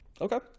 Okay